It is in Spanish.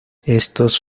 estos